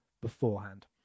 beforehand